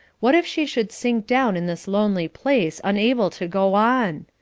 what if she should sink down in this lonely place unable to go on.